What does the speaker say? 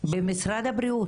במשרד הבריאות.